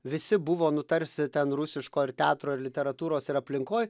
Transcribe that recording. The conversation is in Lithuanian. visi buvo nu tarsi ten rusiško ar teatro ar literatūros ir aplinkoj